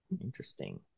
Interesting